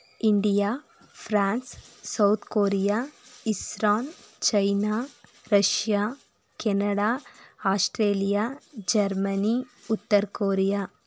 India France South Korea ಇಸ್ರಾನ್ China Russia Canada Australia Germany ಉತ್ತರ Korea